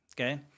Okay